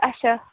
اَچھا